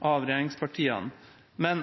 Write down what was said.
av regjeringspartiene, men